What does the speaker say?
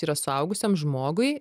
tai yra suaugusiam žmogui